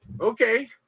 okay